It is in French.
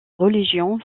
religion